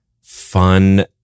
fun